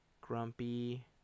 Grumpy